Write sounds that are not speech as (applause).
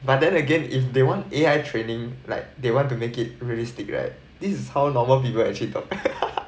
but then again if they want A_I training like they want to make it realistic right this is how normal people actually talk (laughs)